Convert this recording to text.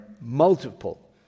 multiple